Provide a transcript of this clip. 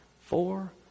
four